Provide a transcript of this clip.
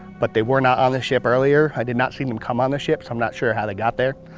but they were not on the ship earlier. i did not seem them come on the ship, so i'm not sure how they got there.